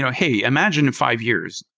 hey, imagine five years,